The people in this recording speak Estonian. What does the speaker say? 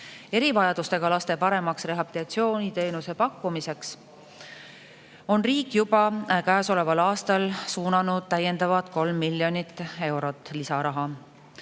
Erivajadustega lastele on paremaks rehabilitatsiooniteenuse pakkumiseks riik juba käesoleval aastal suunanud täiendavalt 3 miljonit eurot lisaraha.